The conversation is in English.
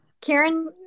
Karen